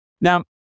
Now